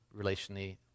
relationally